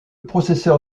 processeur